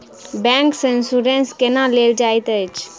bank सँ insurance केना लेल जाइत अछि